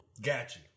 Gotcha